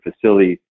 facility